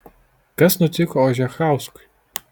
kas nutiko ožechauskui